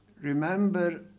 remember